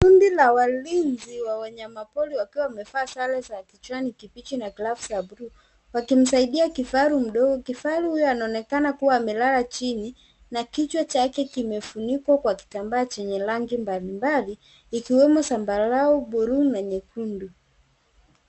Kundi la walinzi wa wanyama pori wakiwa wamevaa sare za kijani kibichi na glavu za bluu wakimsaidia kifaru mdogo. Kifaru huyo anaonekana kuwa amelala chini na kichwa chake kimefunikwa chenye rangi mbalimbali ikiwemo zambarau, bluu na nyekundu.